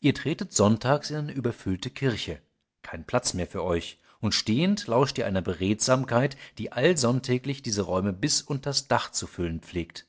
ihr tretet sonntags in eine überfüllte kirche kein platz mehr für euch und stehend lauscht ihr einer beredsamkeit die allsonntäglich diese räume bis unters dach zu füllen pflegt